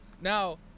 Now